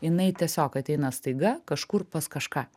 jinai tiesiog ateina staiga kažkur pas kažką